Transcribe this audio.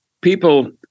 people